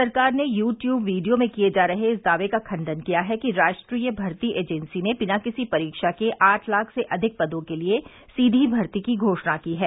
सरकार ने YouTube video में किये जा रहे इस दावे का खंडन किया है कि राष्ट्रीय भर्ती एजेंसी ने बिना किसी परीक्षा के आठ लाख से अधिक पदों के लिए सीधी भर्ती की घोषणा की है